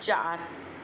चारि